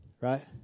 Right